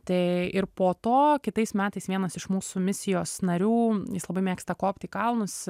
tai ir po to kitais metais vienas iš mūsų misijos narių jis labai mėgsta kopti į kalnus